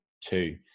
two